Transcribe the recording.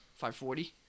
540